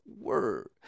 Word